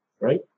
right